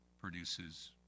produces